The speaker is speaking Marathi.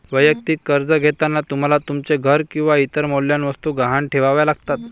वैयक्तिक कर्ज घेताना तुम्हाला तुमचे घर किंवा इतर मौल्यवान वस्तू गहाण ठेवाव्या लागतात